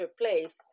place